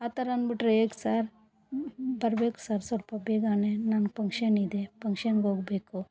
ಆ ಥರ ಅಂದ್ಬಿಟ್ರೆ ಹೇಗೆ ಸರ್ ಬರಬೇಕು ಸರ್ ಸ್ವಲ್ಪ ಬೇಗನೇ ನನ್ಗೆ ಪಂಕ್ಷನ್ನಿದೆ ಪಂಕ್ಷನ್ಗೋಗಬೇಕು